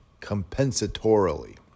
compensatorily